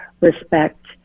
respect